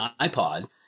iPod